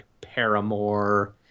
paramore